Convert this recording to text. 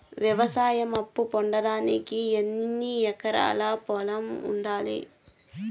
వ్యవసాయ అప్పు పొందడానికి ఎన్ని ఎకరాల పొలం ఉండాలి?